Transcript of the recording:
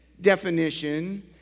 definition